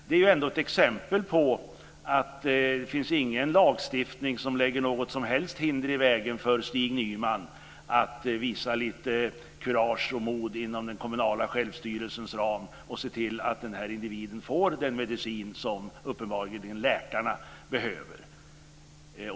Det är ändå exempel på att det inte finns någon lagstiftning som lägger något som helst hinder i vägen för Stig Nyman när det gäller att visa lite kurage och mod inom den kommunala självstyrelsens ram och se till att den här individen får den medicin som vederbörande uppenbarligen enligt läkarna behöver.